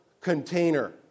container